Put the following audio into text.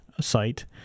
site